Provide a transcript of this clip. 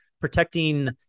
protecting